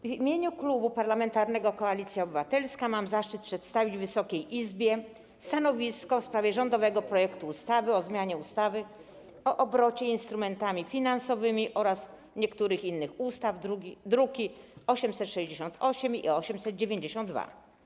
W imieniu Klubu Parlamentarnego Koalicja Obywatelska mam zaszczyt przedstawić Wysokiej Izbie stanowisko w sprawie rządowego projektu ustawy o zmianie ustawy o obrocie instrumentami finansowymi oraz niektórych innych ustaw, druki nr 868 i 892.